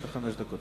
לרשותך חמש דקות.